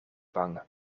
bang